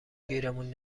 گیرمون